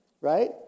right